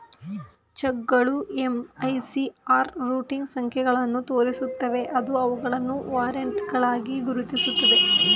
ಚೆಕ್ಗಳು MICR routing ಸಂಖ್ಯೆಗಳನ್ನು ತೋರಿಸುತ್ತವೆ ಅದು ಅವುಗಳನ್ನು ವಾರೆಂಟ್ಗಳಾಗಿ ಗುರುತಿಸುತ್ತದೆ